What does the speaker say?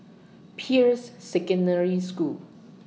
Peirce Secondary School